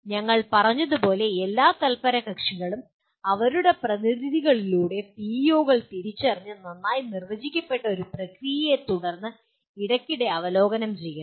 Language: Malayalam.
ഞങ്ങൾ പറഞ്ഞതുപോലെ എല്ലാ തല്പരകക്ഷികളും അവരുടെ പ്രതിനിധികളിലൂടെ പിഇഒകൾ തിരിച്ചറിഞ്ഞ് നന്നായി നിർവചിക്കപ്പെട്ട ഒരു പ്രക്രിയയെ തുടർന്ന് ഇടയ്ക്കിടെ അവലോകനം ചെയ്യണം